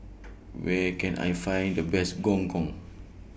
Where Can I Find The Best Gong Gong